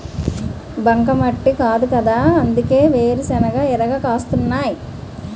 బంకమట్టి కాదుకదా అందుకే వేరుశెనగ ఇరగ కాస్తున్నాయ్